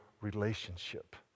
relationship